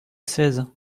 seize